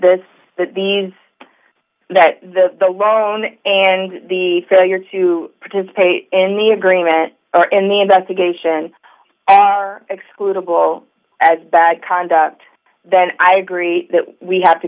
this that these that the the loan and the failure to participate in the agreement or in the investigation are excludable as bad conduct then i agree that we have to